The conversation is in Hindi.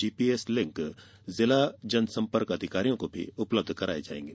जीपीएस लिंक जिला जनसंपर्क अधिकारियों को भी उपलब्ध कराये जायेंगे